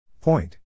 Point